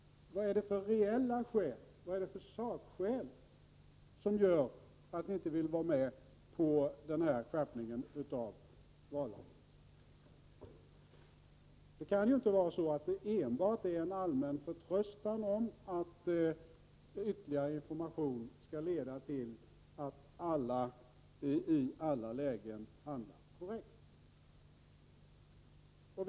Vad är det för sakskäl som gör att ni inte vill vara med på denna skärpning av vallagen? Det kan ju inte bero enbart på en allmän förtröstan om att ytterligare information skall leda till att alla handlar korrekt i alla lägen.